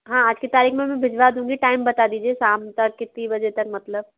हाँ आज के तारिख़ मे मै भिजवा दूँगी टाइम बता दीजिए शाम तक किती बजे तक मतलब